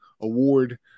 award